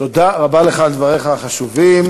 תודה רבה לך על דבריך החשובים.